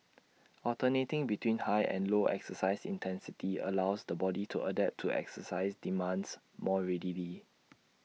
alternating between high and low exercise intensity allows the body to adapt to exercise demands more readily